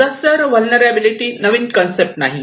disaster vulnerability नवीन concept नाही